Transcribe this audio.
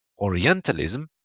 Orientalism